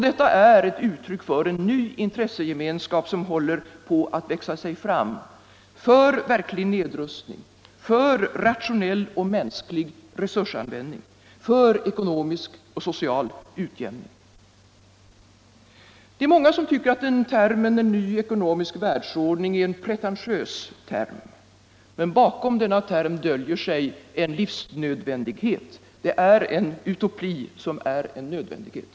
Detta är ett uttryck för en ny intressegemenskap som håller på att växa fram för verklig nedrustning, för rationell och mänsklig resursanvändning, för ekonomisk och social utjämning. Det är många som tycker att termen ”ny ekonomisk världsordning” är en pretentiös term, men bakom denna term döljer sig en livsnödvändighet. Det är en utopi som är en nödvändighet.